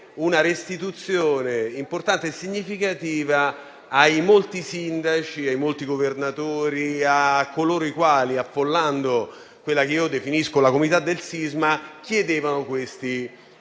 una restituzione importante e significativa ai molti sindaci, ai molti governatori e a coloro i quali, affollando quella che io definisco la comunità del sisma, chiedevano provvedimenti